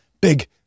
big